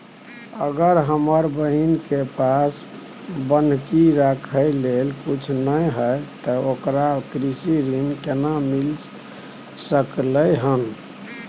अगर हमर बहिन के पास बन्हकी रखय लेल कुछ नय हय त ओकरा कृषि ऋण केना मिल सकलय हन?